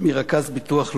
מרכז ביטוח לאומי,